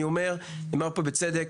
נאמר פה בצדק